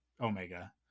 Omega